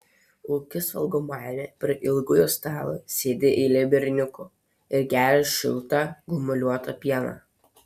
ūkis valgomajame prie ilgojo stalo sėdi eilė berniukų ir geria šiltą gumuliuotą pieną